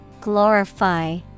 Glorify